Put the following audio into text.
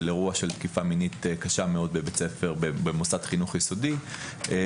אירוע של תקיפה מינית קשה מאוד במוסד חינוך יסודי היה